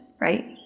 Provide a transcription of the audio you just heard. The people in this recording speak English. right